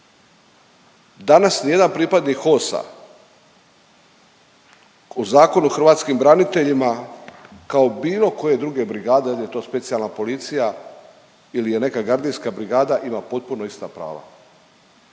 Danas ni jedan pripadnik HOS-a u Zakonu o hrvatskim braniteljima kao bilo koje druge brigade, da li je to Specijalna policija ili je neka gardijska brigada ima potpuno ista prava.